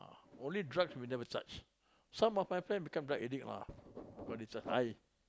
only drugs we never touch some of my friends become drug addict lah